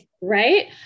right